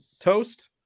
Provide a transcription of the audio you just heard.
Toast